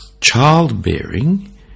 childbearing